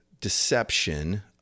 deception